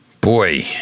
Boy